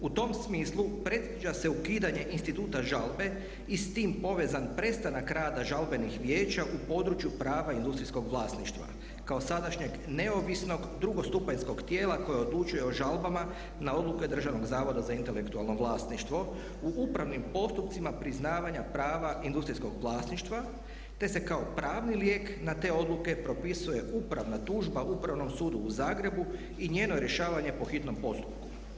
U tom smislu predviđa se ukidanje instituta žalbe i s tim povezan prestanak rada žalbenih vijeća u području prava industrijskog vlasništva kao sadašnjeg neovisnog drugostupanjskog tijela koje odlučuje o žalbama na odluke Državnog zavoda za intelektualno vlasništvo u upravnim postupcima priznavanja prava industrijskog vlasništva te se kao pravni lijek na te odluke propisuje upravna tužba Upravnom sudu u Zagrebu i njeno rješavanje po hitnom postupku.